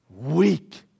Weak